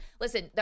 listen